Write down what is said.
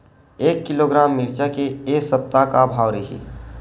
एक किलोग्राम मिरचा के ए सप्ता का भाव रहि?